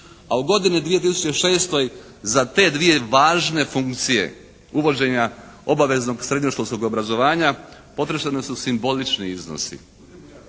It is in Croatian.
a u godini 2006. za te dvije važne funkcije uvođenja obaveznog srednješkolskog obrazovanja potrošeni su simbolični iznosi.